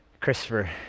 Christopher